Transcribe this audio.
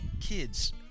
kids